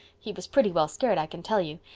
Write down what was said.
he was pretty well scared, i can tell you,